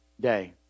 day